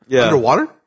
Underwater